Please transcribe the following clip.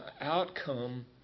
outcome